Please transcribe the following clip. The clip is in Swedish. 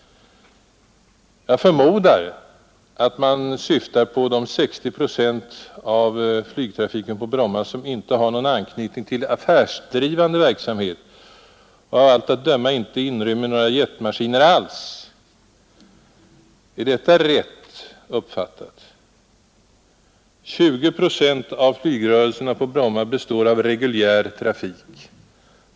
— Jag förmodar att man syftar på de 60 procent av flygtrafiken på Bromma som inte har någon anknytning till affärsdrivande verksamhet och av allt att döma inte inrymmer några jetmaskiner alls. Är detta rätt uppfattat? 20 procent av flygrörelserna på Bromma består av reguljär trafik.